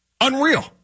Unreal